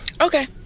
Okay